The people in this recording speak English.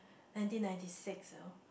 nineteen ninety six you know